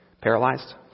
Paralyzed